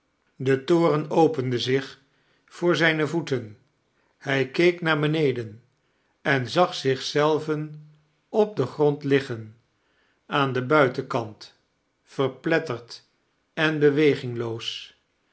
de toren opende zich voor zijne voeten hij keek naar beneden en zag zich zelven op den grond liggen aan den buitenkant verpletterd en